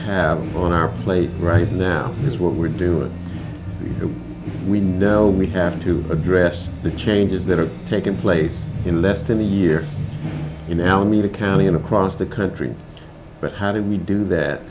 have on our plate right now is what we're doing and we know we have to address the changes that are taking place in less than a year in alameda county and across the country but how do we do that